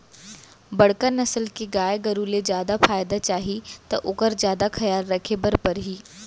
बड़का नसल के गाय गरू ले जादा फायदा चाही त ओकर जादा खयाल राखे बर परही